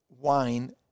wine